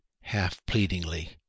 half-pleadingly